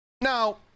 Now